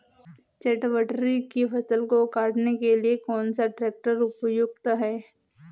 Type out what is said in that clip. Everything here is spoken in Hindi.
चटवटरी की फसल को काटने के लिए कौन सा ट्रैक्टर उपयुक्त होता है?